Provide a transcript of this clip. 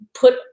put